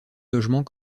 logements